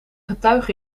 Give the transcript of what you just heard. getuige